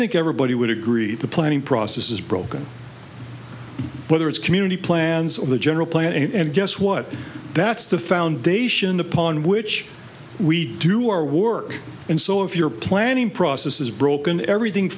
think everybody would agree the planning process is broken whether it's community plans or the general plan and guess what that's the foundation upon which we do our work and so if you're planning process is broken everything